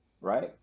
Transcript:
right